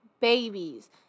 Babies